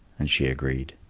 and she agreed.